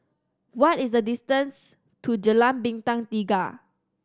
what is the distance to Jalan Bintang Tiga